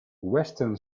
western